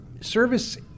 service